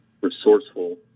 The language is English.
resourceful